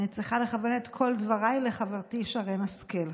אני צריכה לכוון את כל דבריי לחברתי שרן השכל,